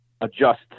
adjust